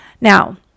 Now